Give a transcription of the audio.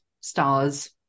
stars